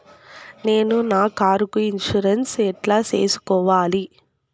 నేను నా కారుకు ఇన్సూరెన్సు ఎట్లా సేసుకోవాలి